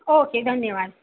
okay ધન્યવાદ